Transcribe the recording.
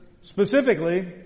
Specifically